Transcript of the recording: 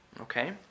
Okay